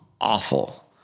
awful